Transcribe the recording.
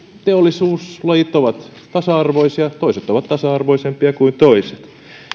teollisuuslajit ovat tasa arvoisia mutta toiset ovat tasa arvoisempia kuin toiset